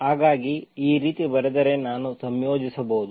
ಹಾಗಾಗಿ ಈ ರೀತಿ ಬರೆದರೆ ನಾನು ಸಂಯೋಜಿಸಬಹುದು